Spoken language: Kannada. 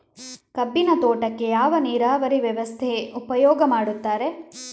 ಕಬ್ಬಿನ ತೋಟಕ್ಕೆ ಯಾವ ನೀರಾವರಿ ವ್ಯವಸ್ಥೆ ಉಪಯೋಗ ಮಾಡುತ್ತಾರೆ?